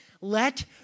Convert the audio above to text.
let